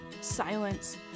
silence